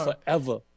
forever